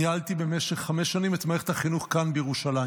ניהלתי במשך חמש שנים את מערכת החינוך כאן בירושלים.